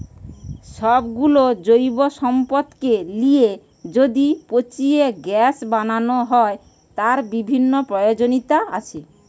সব গুলো জৈব সম্পদকে লিয়ে যদি পচিয়ে গ্যাস বানানো হয়, তার বিভিন্ন প্রয়োজনীয়তা আছে